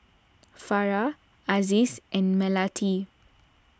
Farah Aziz and Melati